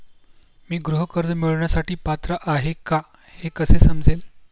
मी गृह कर्ज मिळवण्यासाठी पात्र आहे का हे कसे समजेल?